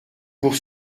pour